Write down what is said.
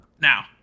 Now